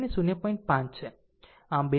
5 છે આમ 2